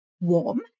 warm